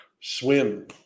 swim